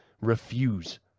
refuse